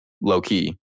Low-key